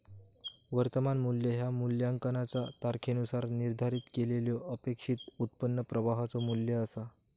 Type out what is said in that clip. वर्तमान मू्ल्य ह्या मूल्यांकनाचा तारखेनुसार निर्धारित केलेल्यो अपेक्षित उत्पन्न प्रवाहाचो मू्ल्य असा